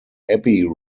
abbey